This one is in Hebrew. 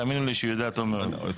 תאמינו לי שהיא יודעת טוב מאוד.